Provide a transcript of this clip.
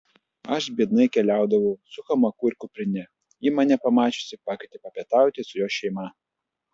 aš biednai keliaudavau su hamaku ir kuprine ji mane pamačiusi pakvietė papietauti su jos šeima